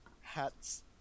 hats